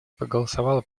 проголосовала